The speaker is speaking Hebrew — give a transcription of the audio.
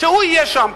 שהוא יהיה שם.